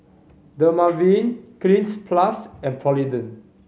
Dermaveen Cleanz Plus and Polident